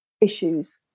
issues